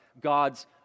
God's